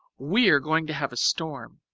we're going to have a storm.